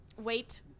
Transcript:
Wait